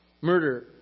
murder